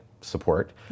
support